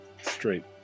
straight